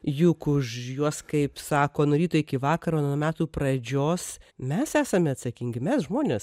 juk už juos kaip sako nuo ryto iki vakaro nuo metų pradžios mes esame atsakingi mes žmonės